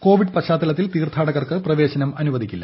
Covid പശ്ചാത്തലത്തിൽ തീർത്ഥാടകർക്ക് പ്രവേശനം അനുവദിക്കില്ല